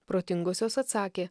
protingosios atsakė